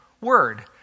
word